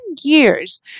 years